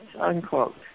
unquote